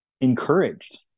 encouraged